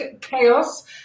chaos